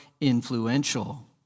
influential